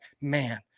man